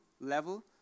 level